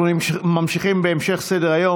אנחנו ממשיכים בסדר-היום,